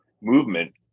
movement